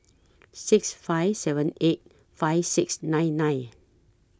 six five seven eight five six nine nine